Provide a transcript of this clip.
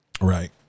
Right